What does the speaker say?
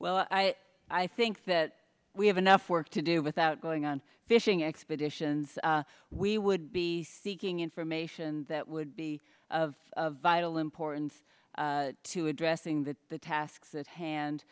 well i i think that we have enough work to do without going on fishing expeditions we would be seeking information that would be of vital importance to addressing that the tasks at hand